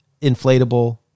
inflatable